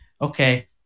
okay